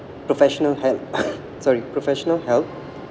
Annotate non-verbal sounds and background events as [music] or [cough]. professional help [coughs] sorry professional help